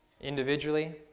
individually